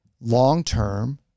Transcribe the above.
long-term